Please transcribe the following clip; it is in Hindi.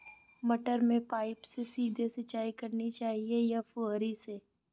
मटर में पाइप से सीधे सिंचाई करनी चाहिए या फुहरी से?